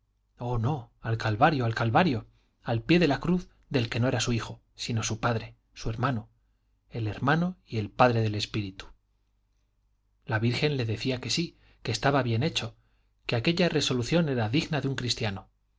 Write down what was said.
oh no al calvario al calvario al pie de la cruz del que no era su hijo sino su padre su hermano el hermano y el padre del espíritu la virgen le decía que sí que estaba bien hecho que aquella resolución era digna de un cristiano